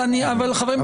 אבל חברים,